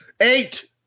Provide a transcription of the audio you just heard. eight